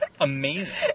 Amazing